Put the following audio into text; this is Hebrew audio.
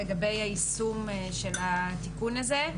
לגבי היישום של התיקון הזה.